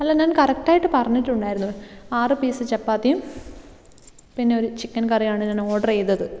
അല്ല ഞാൻ കറക്റ്റ് ആയിട്ട് പറഞ്ഞിട്ടുണ്ടായിരുന്നു ആറ് പീസ് ചപ്പാത്തിയും പിന്നെ ഒരു ചിക്കൻ കറിയും ആണ് ഞാൻ ഓർഡർ ചെയ്തത്